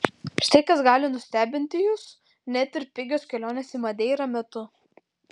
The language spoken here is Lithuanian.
štai kas gali nustebinti jus net ir pigios kelionės į madeirą metu